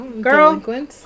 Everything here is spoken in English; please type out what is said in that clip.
Girl